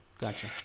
Gotcha